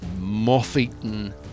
moth-eaten